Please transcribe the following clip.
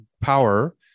power